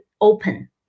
open